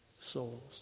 souls